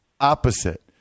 opposite